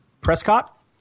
Prescott